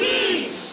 Beach